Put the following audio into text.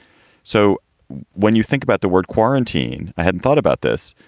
so when you think about the word quarantine, i hadn't thought about this,